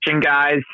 guys